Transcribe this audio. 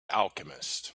alchemist